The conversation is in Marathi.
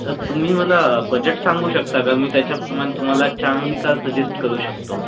तर तुम्ही मला बजेट सांगू शकता का मी त्याच्याप्रमाणं तुम्हाला चांगली कार सजेष्ट करू शकतो